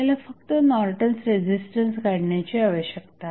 आपल्याला फक्त Norton's resistance काढण्याची आवश्यकता आहे